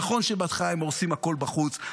נכון שבהתחלה הם הורסים הכול בחוץ,